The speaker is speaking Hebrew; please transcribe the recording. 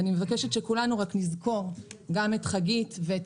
אני מבקשת שכולנו נזכור גם את חגית ואת